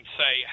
say